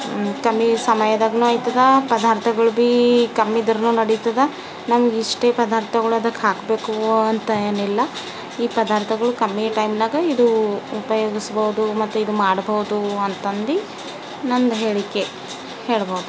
ಕಮ್ಮಿ ಸಮಯದಾಗ್ನು ಆಯ್ತದೆ ಪದಾರ್ಥಗಳು ಭೀ ಕಮ್ಮಿದ್ರು ನಡಿತದೆ ನಮಗಿಷ್ಟೇ ಪದಾರ್ಥಗಳು ಅದಕ್ಕೆ ಹಾಕಬೇಕು ಅಂತ ಏನಿಲ್ಲ ಈ ಪದಾರ್ಥಗಳು ಕಮ್ಮಿ ಟೈಮ್ನಾಗ ಇದು ಉಪಯೋಗಿಸಬಹುದು ಮತ್ತು ಇದು ಮಾಡಬಹುದು ಅಂತಂದು ನಂದು ಹೇಳಿಕೆ ಹೇಳಬಹುದು